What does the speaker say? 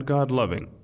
God-loving